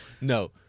no